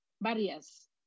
barriers